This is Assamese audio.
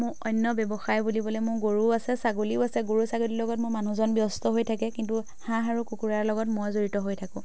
মোৰ অন্য ব্যৱসায় বুলিবলৈ মোৰ গৰু আছে ছাগলীও আছে গৰু ছাগলীৰ লগত মোৰ মানুহজন ব্যস্ত হৈ থাকে কিন্তু হাঁহ আৰু কুকুৰাৰ লগত মই জড়িত হৈ থাকোঁ